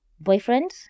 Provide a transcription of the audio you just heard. boyfriend